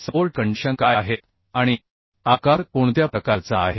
support condition काय आहेत आणि आकार कोणत्या प्रकारचा आहे